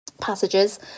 passages